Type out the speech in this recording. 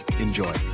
Enjoy